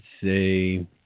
say